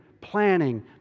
planning